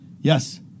Yes